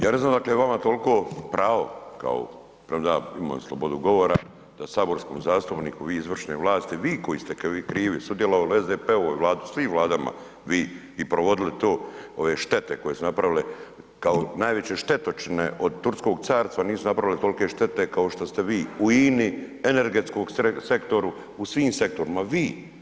Ja ne znam odakle vama toliko pravo kao premda ja imam slobodu govora, da saborskom zastupniku vi u izvršnoj vlasti, vi koji ste krivi i sudjelovali u SDP-ovoj vladi u svim vladama vi i provodili to ove štete koje su napravile kao najveće štetočine od Turskog carstva nisu napravile tolike štete kao što ste vi u INA-i, energetskom sektoru u svim sektorima, vi.